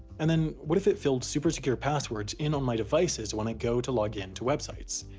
and then what if it filled super-secure passwords in on my devices when i go to login to websites.